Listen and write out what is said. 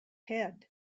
head